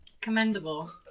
Commendable